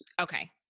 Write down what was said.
Okay